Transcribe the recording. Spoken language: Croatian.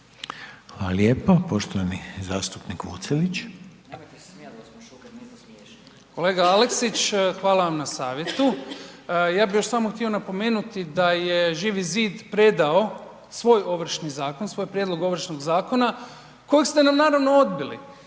**Vucelić, Damjan (Živi zid)** Kolega Aleksić, hvala vam na savjetu, ja bi još samo htio napomenuti da je Živi zid predao svoj Ovršni zakon, svoj prijedlog Ovršnog zakona kojeg ste nam naravno odbili.